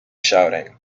shouting